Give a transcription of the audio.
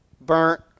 Burnt